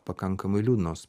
pakankamai liūdnos